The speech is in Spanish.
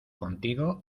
contigo